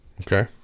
Okay